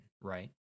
right